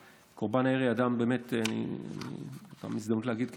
קורבן הירי הוא אדם, זו גם הזדמנות להגיד,